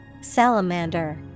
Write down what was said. Salamander